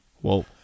Whoa